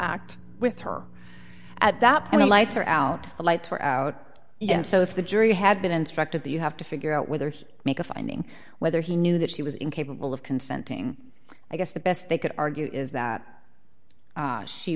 act with her at that point the lights are out the lights were out so if the jury had been instructed that you have to figure out whether he'd make a finding whether he knew that she was incapable of consenting i guess the best they could argue is that